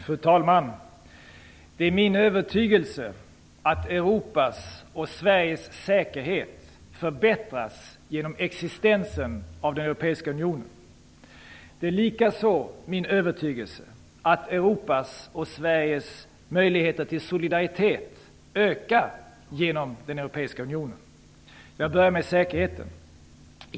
Fru talman! Det är min övertygelse att Europas och Sveriges säkerhet förbättras genom existensen av den europeiska unionen. Det är likaså min övertygelse att Europas och Sveriges möjligheter till solidaritet ökar genom den europeiska unionen. Jag börjar med säkerheten.